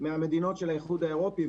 מהמדינות של האיחוד האירופי.